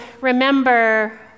remember